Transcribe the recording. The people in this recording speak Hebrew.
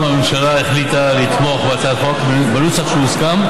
הממשלה החליטה לתמוך בהצעת החוק בנוסח שהוסכם,